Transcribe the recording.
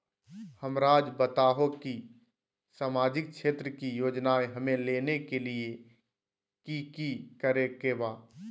हमराज़ बताओ कि सामाजिक क्षेत्र की योजनाएं हमें लेने के लिए कि कि करे के बा?